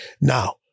Now